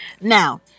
now